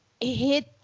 hit